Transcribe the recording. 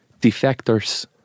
defectors